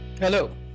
Hello